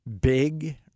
Big